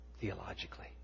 theologically